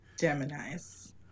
Gemini's